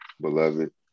beloved